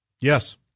Yes